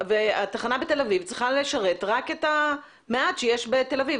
התחנה בתל אביב צריכה לשרת רק את המעט שיש בתל אביב,